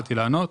שהתחלתי לענות.